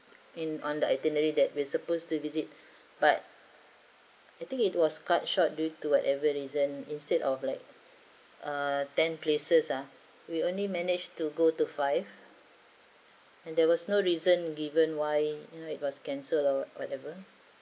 in on the itinerary that we're supposed to visit but I think it was cut short due to whatever reason instead of like uh ten places ah we only managed to go to five and there was no reason given why you know it was cancelled or whatever